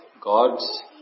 God's